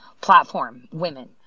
platform—women